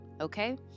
okay